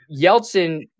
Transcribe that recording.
Yeltsin